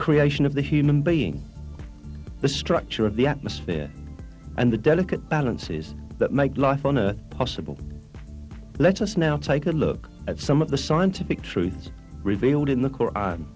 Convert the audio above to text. creation of the human being the structure of the atmosphere and the delicate balance is that make life on earth possible let us now take a look at some of the scientific truths revealed in the cor